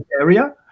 area